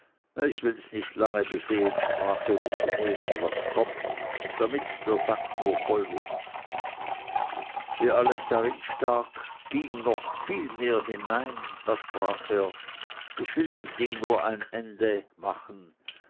ich wills nicht lange besehen sprach er und nehmen was kommt damit der sack nur voll wird wie alles darin stak ging doch noch viel hinein da sprach er ich will dem ding nur ein ende machen